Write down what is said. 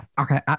Okay